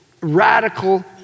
radical